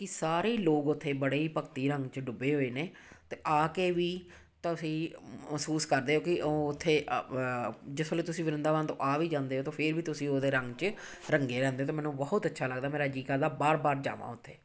ਕਿ ਸਾਰੇ ਹੀ ਲੋਕ ਉੱਥੇ ਬੜੇ ਹੀ ਭਗਤੀ ਰੰਗ 'ਚ ਡੁੱਬੇ ਹੋਏ ਨੇ ਅਤੇ ਆ ਕੇ ਵੀ ਤੁਸੀਂ ਮਹਿਸੂਸ ਕਰਦੇ ਹੋ ਕਿ ਉਹ ਉੱਥੇ ਜਿਸ ਵੇਲੇ ਤੁਸੀਂ ਵਰਿੰਦਾਵਨ ਤੋਂ ਆ ਵੀ ਜਾਂਦੇ ਹੋ ਅਤੇ ਫਿਰ ਵੀ ਤੁਸੀਂ ਉਹਦੇ ਰੰਗ 'ਚ ਰੰਗੇ ਰਹਿੰਦੇ ਅਤੇ ਮੈਨੂੰ ਬਹੁਤ ਅੱਛਾ ਲੱਗਦਾ ਮੇਰਾ ਜੀ ਕਰਦਾ ਬਾਰ ਬਾਰ ਜਾਵਾਂ ਉੱਥੇ